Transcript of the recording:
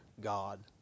God